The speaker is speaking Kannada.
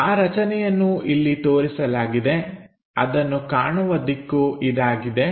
ಆ ರಚನೆಯನ್ನು ಇಲ್ಲಿ ತೋರಿಸಲಾಗಿದೆಅದನ್ನು ಕಾಣುವ ದಿಕ್ಕು ಇದಾಗಿದೆ